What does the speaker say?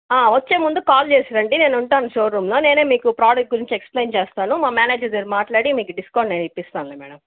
వచ్చే ముందు కాల్ చేసి రండి నేనుంటాను షో రూమ్లో నేనే మీకు ప్రోడక్ట్ గురించి ఎక్స్ప్లెయిన్ చేస్తాను మా మ్యానేజర్ దగ్గర మాట్లాడి మీకు డిస్కౌంట్ నేను ఇప్పిస్తాను మేడం